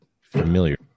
familiar